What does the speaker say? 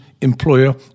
employer